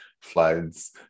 floods